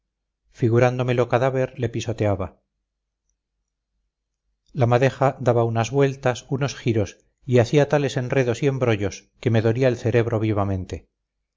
perdón figurándomelo cadáver le pisoteaba la madeja daba unas vueltas unos giros y hacía tales enredos y embrollos que me dolía el cerebro vivamente